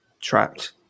trapped